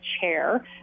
chair